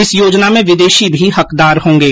इस योजना में विदेशी भी हकदार होंगे